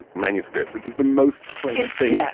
manuscripts, which is the most french thing yeah